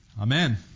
Amen